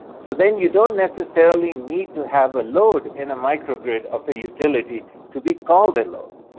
so then you don't necessarily need to have a load in a micro-grid of a utility to be called a load.